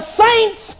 saints